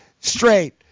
straight